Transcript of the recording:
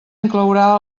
inclourà